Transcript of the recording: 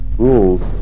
Rules